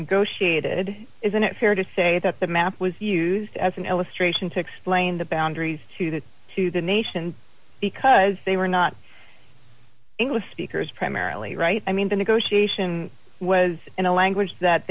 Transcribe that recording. negotiated isn't it fair to say that the map with use as an illustration to explain the boundary to that to the nation because they were not english speakers primarily right i mean the negotiation was in a language that